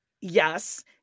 Yes